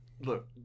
Look